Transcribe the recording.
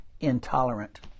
intolerant